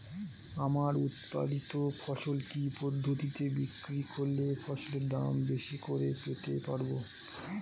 আমার উৎপাদিত ফসল কি পদ্ধতিতে বিক্রি করলে ফসলের দাম বেশি করে পেতে পারবো?